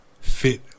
fit